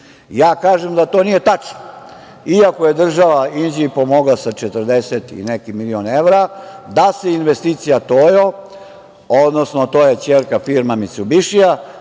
Ja kažem da to nije tačno. Iako je država Inđiji pomogla sa 40 i neki milion evra da se investicija "Tojo" odnosno to je ćerka firme "Micubišija",